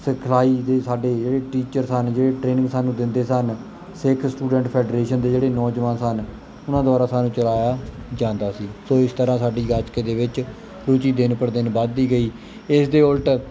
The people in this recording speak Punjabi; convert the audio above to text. ਸਿਖਲਾਈ ਦੇ ਸਾਡੇ ਜਿਹੜੇ ਟੀਚਰ ਸਨ ਜਿਹੜੇ ਟ੍ਰੇਨਿੰਗ ਸਾਨੂੰ ਦਿੰਦੇ ਸਨ ਸਿੱਖ ਸਟੂਡੈਂਟ ਫੈਡਰੇਸ਼ਨ ਦੇ ਜਿਹੜੇ ਨੌਜਵਾਨ ਸਨ ਉਹਨਾਂ ਦੁਆਰਾ ਸਾਨੂੰ ਚਲਾਇਆ ਜਾਂਦਾ ਸੀ ਸੋ ਇਸ ਤਰ੍ਹਾਂ ਸਾਡੀ ਗੱਤਕੇ ਦੇ ਵਿੱਚ ਰੁਚੀ ਦਿਨ ਪਰ ਦਿਨ ਵੱਧਦੀ ਗਈ ਇਸ ਦੇ ਉਲਟ